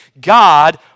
God